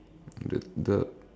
the the